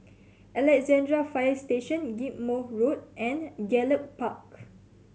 Alexandra Fire Station Ghim Moh Road and Gallop Park